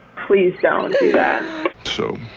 please don't so